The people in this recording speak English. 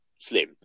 slim